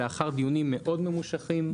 לאחר דיונים מאוד ממושכים.